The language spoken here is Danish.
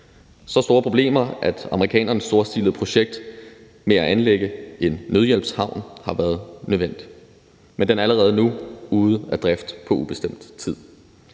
så store problemer, at amerikanernes storstilede projekt med at anlægge en nødhjælpshavn har været nødvendig, men den er allerede nu ude af drift på ubestemt tid.